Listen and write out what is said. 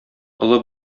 олы